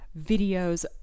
videos